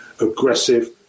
aggressive